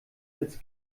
als